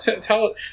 tell